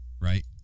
right